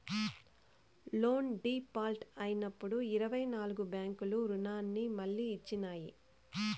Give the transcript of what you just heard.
loan default అయినప్పుడు ఇరవై నాల్గు బ్యాంకులు రుణాన్ని మళ్లీ ఇచ్చినాయి